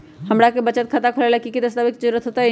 हमरा के बचत खाता खोलबाबे ला की की दस्तावेज के जरूरत होतई?